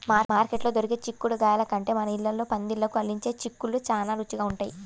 మార్కెట్లో దొరికే చిక్కుడుగాయల కంటే మన ఇళ్ళల్లో పందిళ్ళకు అల్లించే చిక్కుళ్ళు చానా రుచిగా ఉంటయ్